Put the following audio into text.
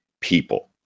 people